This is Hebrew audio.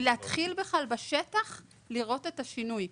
בשביל להתחיל לראות את השינוי בשטח.